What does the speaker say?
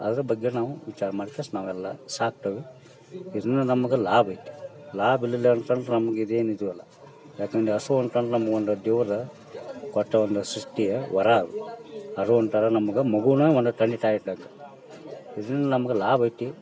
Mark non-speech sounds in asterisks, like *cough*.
ಅದ್ರ ಬಗ್ಗೆ ನಾವು ವಿಚಾರ ಮಾಡಿ *unintelligible* ನಾವೆಲ್ಲ ಸಾಕ್ತೇವೆ ಇದರಿಂದ ನಮ್ಗೆ ಲಾಭ ಐತಿ ಲಾಭ ಇರ್ಲಿಲ್ಲ ಅಂತಂದ್ರೆ ನಮ್ಗೆ ಇದೇನು ಇದು ಅಲ್ಲ ಏಕಂದ್ರೆ ಹಸು ಅಂತಂದು ನಮ್ಗೆ ಒಂದು ದೇವ್ರು ಕೊಟ್ಟ ಒಂದು ಸೃಷ್ಟಿಯ ವರ ಅದು ಅದು ಒಂಥರ ನಮ್ಗೆ ಮಗೂನ ಒಂದು ತಂದೆ ತಾಯಿ ಇದ್ದಂಗೆ ಇದರಿಂದ ನಮ್ಗೆ ಲಾಭ ಐತಿ